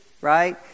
Right